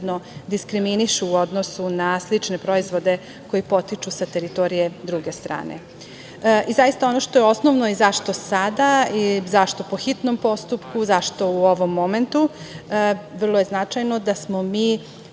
posredno, diskriminišu u odnosu na slične proizvode koji potiču sa teritorije druge strane. Zaista, ono što je osnovno i zašto sada, i zašto po hitnom postupku, zašto u ovom momentu? Vrlo je značajno da smo mi,